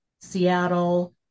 Seattle